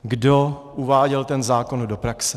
Kdo uváděl ten zákon do praxe.